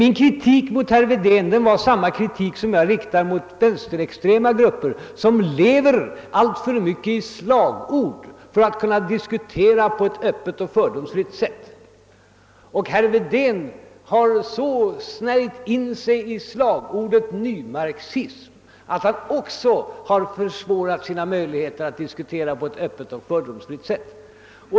Min kritik mot herr Wedén var densamma som jag riktade mot vänsterextrema grupper, som lever alltför mycket i slagordens värld för att kunna diskutera öppet och fördomsfritt. Herr Wedén har så snärjt in sig i slagordet nymarxism att han också har försvårat sina möjligheter att diskutera på ett öppet och fördomsfritt sätt.